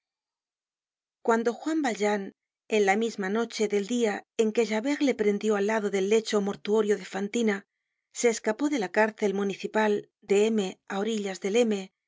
cuando juan valjean en la misma noche del dia en que javert le prendió al lado del lecho mortuorio de fantina se escapó de la cárcel municipal de m á orillas del